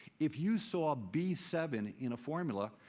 if you saw b seven in a formula,